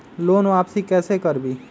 Loan वापसी कैसे करबी?